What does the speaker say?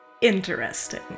interesting